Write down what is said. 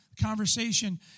Conversation